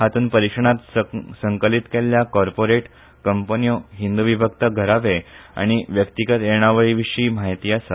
हातूंत परीक्षणात संकलीत केल्ल्या कॉर्पोरेट कंपन्यो हिंदू विभक्त घराबे आनी व्यक्तीगत येणावळीविशी म्हायती आसा